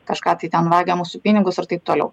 kažką tai ten vagia mūsų pinigus ir taip toliau